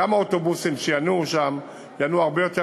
גם האוטובוסים שינועו שם ינועו הרבה יותר